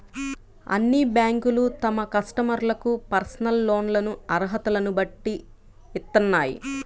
అన్ని బ్యేంకులూ తమ కస్టమర్లకు పర్సనల్ లోన్లను అర్హతలను బట్టి ఇత్తన్నాయి